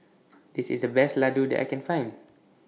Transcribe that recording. This IS The Best Laddu that I Can Find